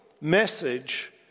message